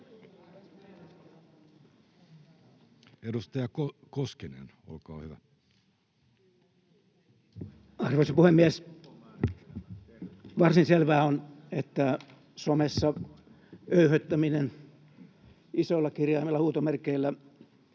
Edustaja Koskinen, olkaa hyvä. Arvoisa puhemies! Varsin selvää on, että somessa öyhöttäminen, isoilla kirjaimilla ja huutomerkeillä